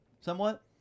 somewhat